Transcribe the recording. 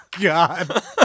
God